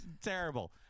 terrible